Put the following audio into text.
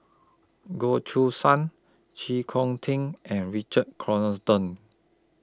Goh Choo San Chee Kong Ting and Richard